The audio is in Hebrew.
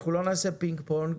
אנחנו לא נעשה פינג-פונג,